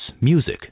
music